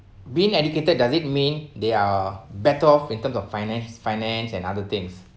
being educated does it mean they are better off in terms of finance finance and other things